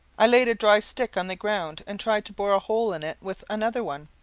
i laid a dry stick on the ground and tried to bore a hole in it with another one,